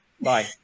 Bye